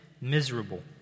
miserable